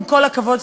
עם כל הכבוד,